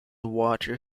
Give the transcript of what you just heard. water